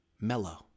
mellow